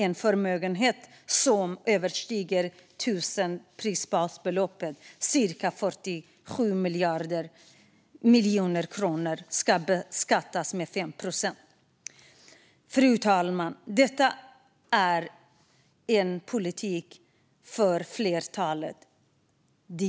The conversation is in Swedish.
En förmögenhet som överstiger 1 000 prisbasbelopp, cirka 47 miljoner kronor, ska beskattas med 5 procent. Fru talman! Detta är en politik för flertalet.